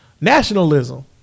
nationalism